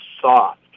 soft